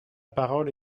parole